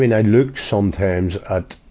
mean, i'd look sometimes at